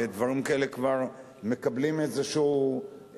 ודברים כאלה כבר מקבלים איזו קדימות,